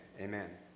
Amen